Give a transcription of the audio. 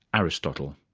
aristotle.